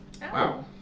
Wow